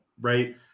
Right